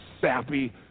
sappy